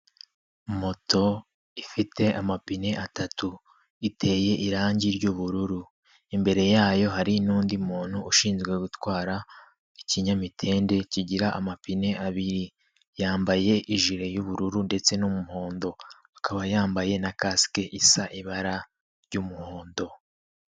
Moto ifite amapine atatu, iteye irangi ry'ubururu. Imbere yayo hari n'undi muntu ushinzwe gutwara ikinyamitende kigira amapine abiri. Yambaye ijire y'ubururu ndetse n'umuhondo, akaba yambaye na kasike isa ibara ry'umuhondo.